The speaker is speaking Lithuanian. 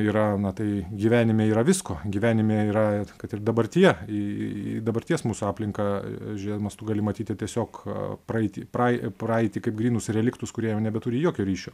yra na tai gyvenime yra visko gyvenime yra kad ir dabartyje į į į dabarties mūsų aplinką žiūrėdamas tu gali matyti tiesiog praeiti pra praeitį kaip grynus reliktus kurie jau nebeturi jokio ryšio